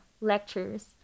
lectures